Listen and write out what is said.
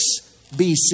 BC